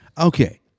Okay